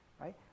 right